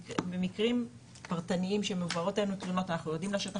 במקרים פרטניים שמעוברות אלינו תלונות אנחנו יורדים לשטח,